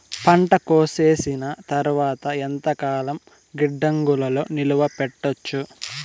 పంట కోసేసిన తర్వాత ఎంతకాలం గిడ్డంగులలో నిలువ పెట్టొచ్చు?